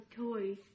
toys